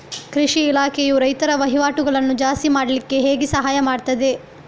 ಕೃಷಿ ಇಲಾಖೆಯು ರೈತರ ವಹಿವಾಟುಗಳನ್ನು ಜಾಸ್ತಿ ಮಾಡ್ಲಿಕ್ಕೆ ಹೇಗೆ ಸಹಾಯ ಮಾಡ್ತದೆ?